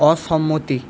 অসম্মতি